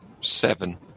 Seven